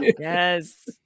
Yes